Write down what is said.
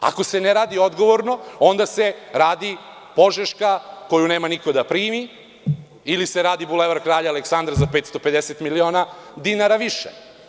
Ako se ne radi odgovorno, onda se radi Požeška, koju nema niko da primi, ili se radi Bulevar kralja Aleksandra za 550 miliona dinara više.